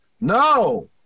no